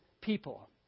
people